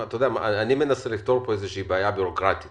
אני מנסה לפתור פה איזו שהיא בעיה בירוקרטית